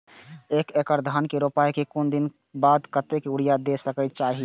एक एकड़ धान के रोपाई के कुछ दिन बाद कतेक यूरिया दे के चाही?